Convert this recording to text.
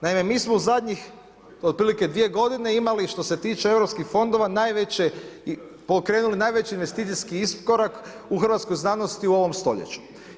Naime, mi smo u zadnjih, otprilike dvije godine, imali, što ste tiče Europskih fondova, najveće, pokrenuli najveći investicijski iskorak u hrvatskoj znanosti u ovom stoljeću.